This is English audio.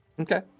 Okay